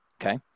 Okay